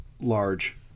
large